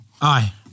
Aye